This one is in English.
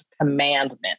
commandment